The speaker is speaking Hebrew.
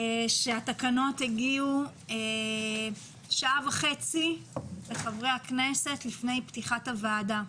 התקנות הגיעו אל חברי הוועדה שעה וחצי לפני פתיחת ישיבת הוועדה.